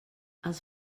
els